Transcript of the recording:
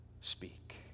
speak